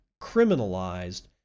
criminalized